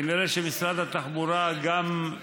כנראה שמשרד התחבורה גם,